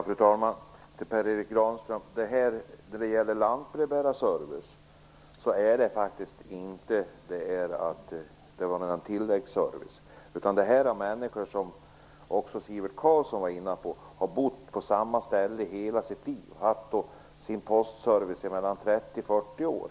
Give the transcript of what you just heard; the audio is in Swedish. Fru talman! Lantbrevbärarservicen är faktiskt ingen tilläggsservice, Per Erik Granström. Som Sivert Carlsson också var inne på handlar det här om människor som har bott på samma ställe i hela sitt liv. De har haft sin postservice i mellan 30 och 40 år.